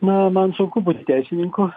na man sunku būti teisininku